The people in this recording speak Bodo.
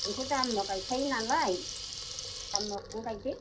जोंथ' दामुवा गायखायो नालाय दामुवाखौनो गायदो